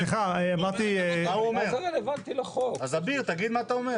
אז אביר, תגיד מה אתה אומר.